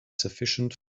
sufficient